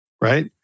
right